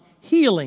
healing